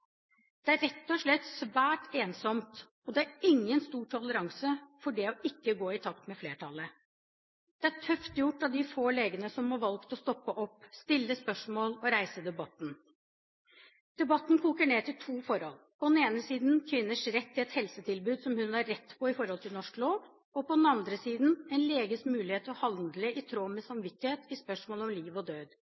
Det er rett og slett svært ensomt, og det er ingen stor toleranse for det å ikke gå i takt med flertallet. Det er tøft gjort av de få legene som har valgt å stoppe opp, stille spørsmål og reise debatten. Debatten koker ned til to forhold. På den ene siden kvinners rett til et helsetilbud, som hun har rett til i forhold til norsk lov, og på den andre siden en leges mulighet til å handle i tråd med